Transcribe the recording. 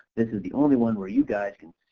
this is the only one where you guys can,